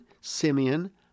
Simeon